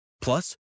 Plus